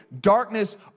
darkness